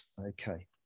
Okay